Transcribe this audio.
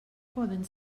poden